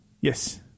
Yes